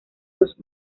dos